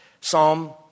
Psalm